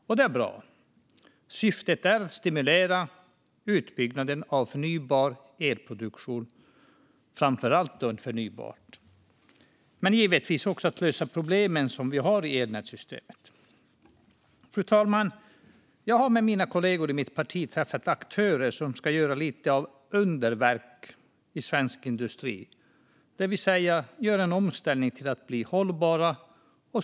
Och det är bra - syftet är att stimulera utbyggnaden av framför allt förnybar elproduktion men givetvis också att lösa problemen som vi har i elnätssystemet. Fru talman! Jag har tillsammans med kollegor i mitt parti träffat aktörer som ska göra något av underverk i svensk industri, nämligen göra en omställning till att bli hållbara.